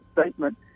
statement